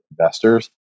investors